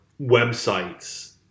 websites